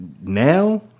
Now